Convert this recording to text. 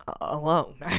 alone